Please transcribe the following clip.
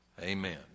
amen